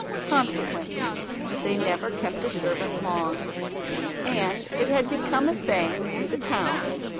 consequently they never kept a servant long and it had become a saying in the town,